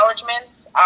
acknowledgements